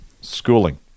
schooling